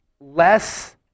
less